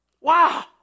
Wow